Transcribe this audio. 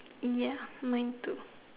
ya mine too